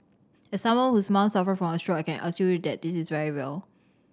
as someone whose mom suffered from a stroke I can assure you that this is very real